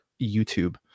YouTube